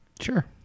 Sure